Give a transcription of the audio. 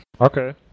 Okay